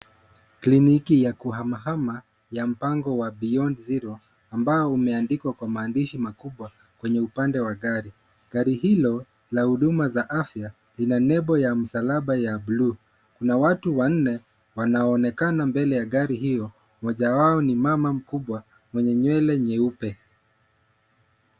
Kliniki ya kuhamahama ya mpango wa Beyond Zero ambao umeandikwa kwa maandishi makubwa kwenye upande wa gari. Gari hilo la huduma za afya lina nembo ya msalaba ya bluu. Kuna watu wanne wanaoonekana mbele ya gari hio mmoja wao ni mmama mkubwa mwenye nywele nyeupe.